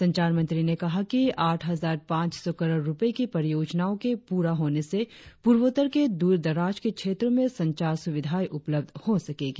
संचार मंत्री ने कहा कि आठ हजार पांच सौ करोड़ रुपये की परियोजनाओं के पूरा होने से पूर्वोत्तर के दूरदराज के क्षेत्रों में संचार सुविधाएं उपलब्ध हो सकेंगी